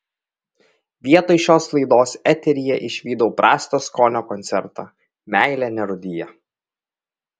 vietoj šios laidos eteryje išvydau prasto skonio koncertą meilė nerūdija